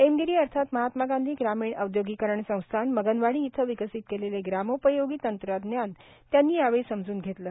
एमगिरी अर्थात महात्मा गांधी ग्रामीण औद्योगीकरण संस्थान मगनवाडी येथे विकसित केलेले ग्रामोपयोगी तंत्रज्ञान त्यांनी यावेळी समजून घेतले